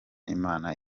imana